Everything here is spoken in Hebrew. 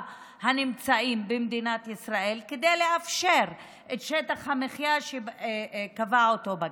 הנמצאים במדינת ישראל כדי לאפשר את שטח המחיה שקבע בג"ץ.